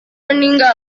meninggal